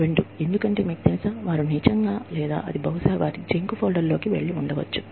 రెండు ఎందుకంటే అవి నిజంగా లేవని మీకు తెలుసు లేదా అది వారి జంక్ ఫోల్డర్ లోకి వెళ్లి ఉండవచ్చు